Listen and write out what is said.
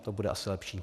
To bude asi lepší.